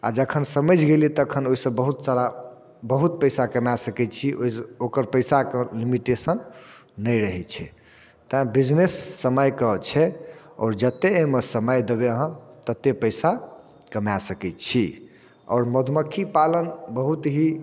आओर जखन समझि गेलिये तखन ओइसँ बहुत सारा बहुत पैसा कमा सकै छी ओइसँ ओकर पैसाके लिमिटेशन नहि रहै छै तैें बिजनेस समयके छै आओर जत्ते अइमे समय देबै अहाँ तत्ते पैसा कमाय सकै छी आओर मधुमक्खी पालन बहुत ही